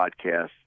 podcast